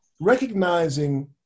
recognizing